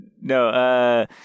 No